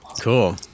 Cool